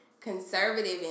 conservative